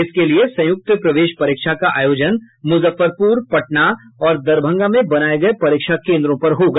इसके लिये संयुक्त प्रवेश परीक्षा का आयोजन मुजफ्फरपुर पटना और दरभंगा में बनाये गये परीक्षा केन्द्रों पर होगा